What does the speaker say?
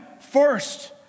first